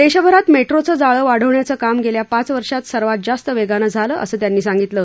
देशभरात मेट्रोचं जाळं वाढवण्याचं काम गेल्या पाच वर्षात सर्वात जास्त वेगाने झालं असं त्यांनी सांगितलं